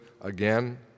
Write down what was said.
again